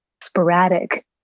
sporadic